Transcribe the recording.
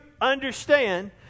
understand